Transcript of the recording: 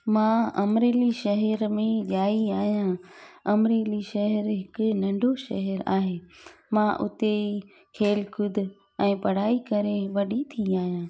मां अमरेली शहर में ॼाई आहियां अमरेली शहर हिकु नंढो शहर आहे मां हुते खेल कूद ऐं पढ़ाई करे वॾी थी आहियां